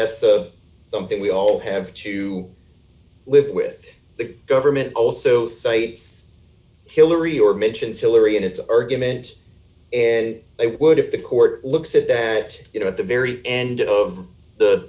that's something we all have to live with the government also cites hillary or mentions hillary in its argument and they would if the court looks at that you know at the very end of